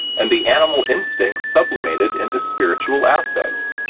and the animal instincts sublimated into spiritual assets.